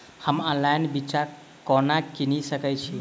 हम ऑनलाइन बिच्चा कोना किनि सके छी?